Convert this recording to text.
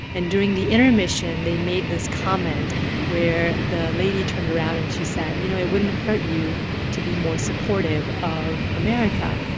and during the intermission, they made this comment where the lady turned around and she said, you know, it wouldn't hurt you to be more supportive of america.